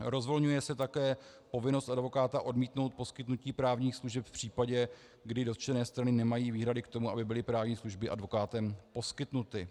Rozvolňuje se také povinnost advokáta odmítnout poskytnutí právních služeb v případě, kdy dotčené strany nemají výhrady k tomu, aby byly právní služby advokátem poskytnuty.